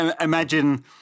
Imagine